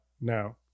No